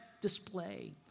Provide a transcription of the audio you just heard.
display